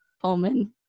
Pullman